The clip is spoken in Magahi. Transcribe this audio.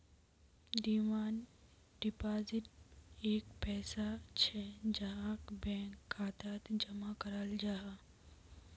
डिमांड डिपाजिट एक पैसा छे जहाक बैंक खातात जमा कराल जाहा